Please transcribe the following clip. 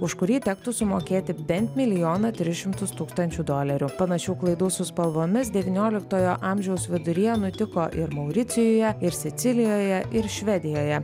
už kurį tektų sumokėti bent milijoną tris šimtus tūkstančių dolerių panašių klaidų su spalvomis devynioliktojo amžiaus viduryje nutiko ir mauricijuje ir sicilijoje ir švedijoje